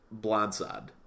blindside